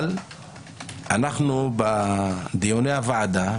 אבל אנחנו בדיוני הוועדה,